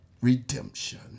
Redemption